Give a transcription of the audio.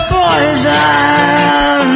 poison